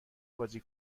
بازی